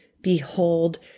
behold